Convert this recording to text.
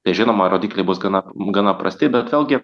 tai žinoma rodikliai bus gana gana prasti bet vėlgi